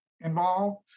involved